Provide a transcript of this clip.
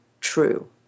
true